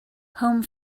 home